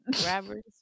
Grabbers